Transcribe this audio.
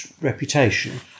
reputation